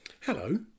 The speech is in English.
Hello